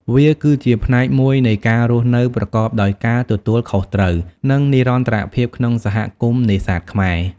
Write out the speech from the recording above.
វាគឺជាផ្នែកមួយនៃការរស់នៅប្រកបដោយការទទួលខុសត្រូវ និងនិរន្តរភាពក្នុងសហគមន៍នេសាទខ្មែរ។